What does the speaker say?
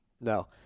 No